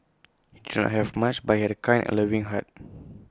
have much but he had A kind and loving heart